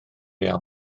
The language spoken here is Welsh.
iawn